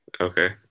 okay